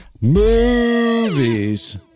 Movies